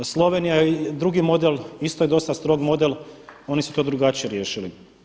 Slovenija drugi model, isto je dosta strog model, oni su to drugačije riješili.